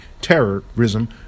terrorism